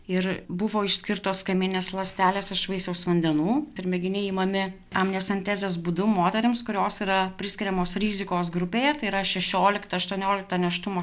ir buvo išskirtos kamieninės ląstelės iš vaisiaus vandenų ir mėginiai imami amniocentezės būdu moterims kurios yra priskiriamos rizikos grupėje tai yra šešioliktą aštuonioliktą nėštumo